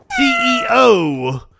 CEO